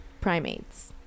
Primates